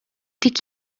dik